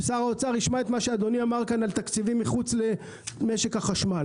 וישמע את מה שאדוני אמר כאן על תקציבים מחוץ למשק החשמל.